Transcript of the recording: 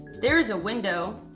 there's a window,